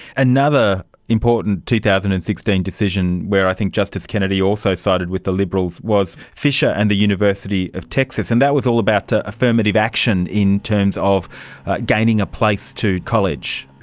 another important two thousand and sixteen decision where i think justice kennedy also sided with the liberals was fisher and the university of texas, and that was all about affirmative action in terms of gaining a place to college.